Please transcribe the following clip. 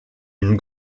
une